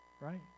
right